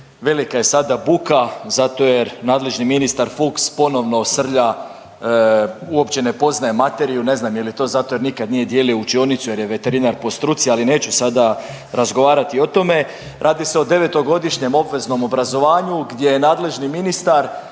velika je sada buka zato je nadležni ministar Fuchs ponovno srlja, uopće ne poznaje materiju ne znam je li to zato jer nikad nije dijelio učionicu jer je veterinar po struci, ali neću sada razgovarati o tome. Radi se o devetogodišnjem obveznom obrazovanju gdje nadležni ministar